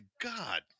God